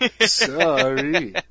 Sorry